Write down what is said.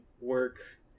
work